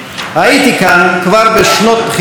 הייתי כאן כבר בשנות בחירות,